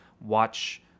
watch